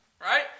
Right